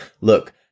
Look